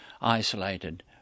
isolated